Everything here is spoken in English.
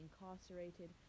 incarcerated